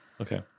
Okay